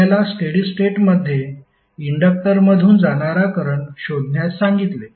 आपल्याला steady state मध्ये इंडक्टरमधून जाणारा करंट शोधण्यास सांगितले